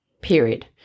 period